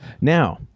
Now